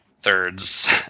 thirds